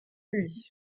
lui